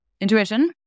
intuition